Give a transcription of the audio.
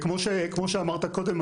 כמו שאמרת קודם,